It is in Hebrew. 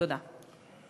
תודה.